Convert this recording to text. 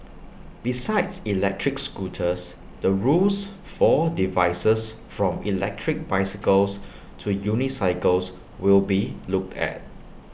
besides electric scooters the rules for devices from electric bicycles to unicycles will be looked at